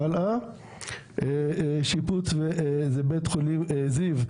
שיפוץ בית חולים זיו,